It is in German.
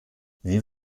wie